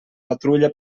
patrulla